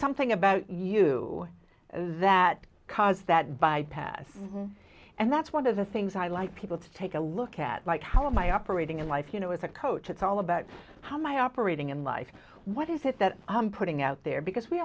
something about you that caused that bypass and that's one of the things i like people to take a look at like how am i operating in life you know as a coach it's all about how my operating in life what is it that i'm putting out there because we